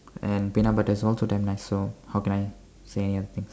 and peanut butter is also damn nice so how can I say any other things